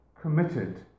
committed